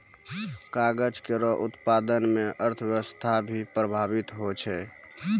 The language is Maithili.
कागज केरो उत्पादन म अर्थव्यवस्था भी प्रभावित होय छै